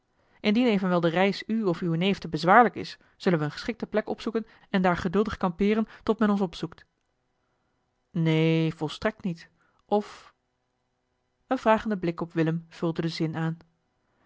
indien evenwel de reis u of uwen neef te bezwaarlijk is zullen we eene geschikte plek opzoeken en daar geduldig kampeeren tot men ons opzoekt neen volstrekt niet of een vragende blik op willem vulde den zin aan